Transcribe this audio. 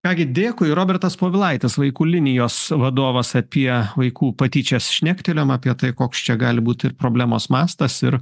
ką gi dėkui robertas povilaitis vaikų linijos vadovas apie vaikų patyčias šnektelėjom apie tai koks čia gali būt ir problemos mastas ir